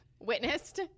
witnessed